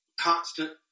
constant